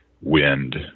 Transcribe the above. wind